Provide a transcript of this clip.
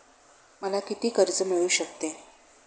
मला किती कर्ज मिळू शकते?